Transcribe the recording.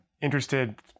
interested